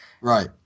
Right